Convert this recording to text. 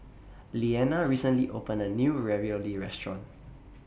Leana recently opened A New Ravioli Restaurant